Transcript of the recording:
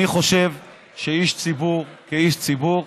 אני חושב שאיש ציבור, כאיש ציבור,